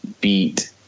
beat